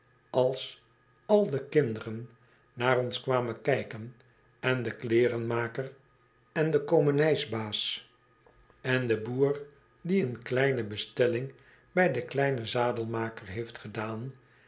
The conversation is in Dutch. als al de kinderen naar ons kwamen kijken en de kleerenmaker en de komenijsbaas en de boer die eenekleine bestellingbij den kleinen zadelmaker heeft gedaan